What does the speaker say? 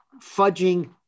fudging